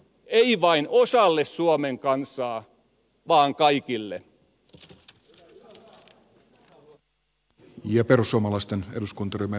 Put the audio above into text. ei vain osalle suomen kansaa vaan kaikille